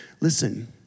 Listen